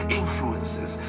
influences